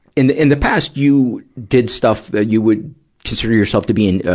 in the, in the past, you did stuff that you would consider yourself to be an, ah,